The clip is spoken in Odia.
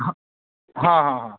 ହଁ ହଁ ହଁ ହଁ